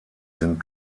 sind